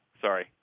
Sorry